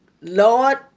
Lord